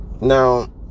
now